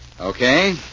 Okay